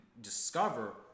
discover